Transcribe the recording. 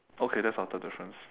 okay that's our third difference